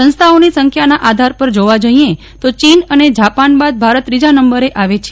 સંસ્તાઓની સંખ્યાના આધાર પર જોવા જઈએ તો ચીન અને જાપાન બાદ ભારત ત્રીજા નંબરે આવે છે